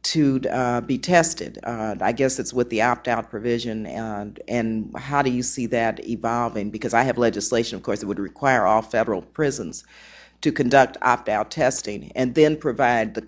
to be tested i guess it's with the opt out provision and how do you see that evolving because i have legislation of course that would require all federal prisons to conduct opt out testing and then provide the